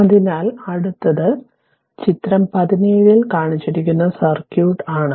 അതിനാൽ അടുത്തത് ചിത്രം 17 ൽ കാണിച്ചിരിക്കുന്ന സർക്യൂട്ട് ആണ്